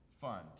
Fund